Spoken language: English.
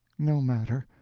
no matter,